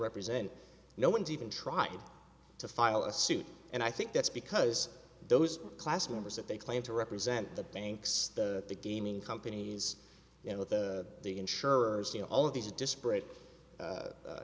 represent no one's even tried to file a suit and i think that's because those class members that they claim to represent the banks the gaming companies you know the insurers you know all of these disparate